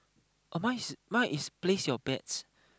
oh mine is mine is place your bets